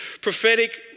prophetic